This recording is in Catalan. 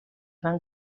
van